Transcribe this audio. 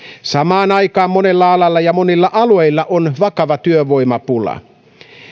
samaan aikaan monella alalla ja monilla alueilla on vakava työvoimapula